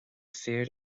fir